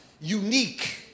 unique